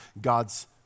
God's